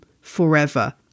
forever